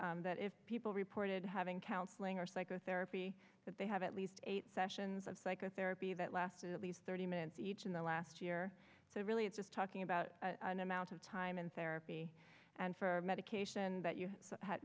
is that if people reported having counseling or psychotherapy that they have at least eight sessions of psychotherapy that lasted at least thirty minutes each in the last year so really it's just talking about an amount of time in therapy and for medication that you